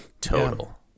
total